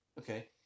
Okay